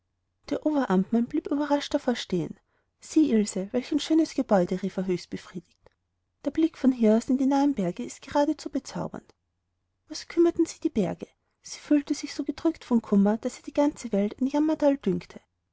der oberamtmann blieb überrascht davor stehen sieh ilse welch ein schönes gebäude rief er höchst befriedigt der blick von hier aus in die nahen berge ist geradezu bezaubernd was kümmerten sie die berge sie fühlte sich so gedrückt von kummer daß ihr die ganze welt ein jammerthal dünkte